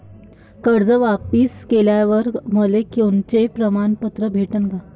कर्ज वापिस केल्यावर मले कोनचे प्रमाणपत्र भेटन का?